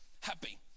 happy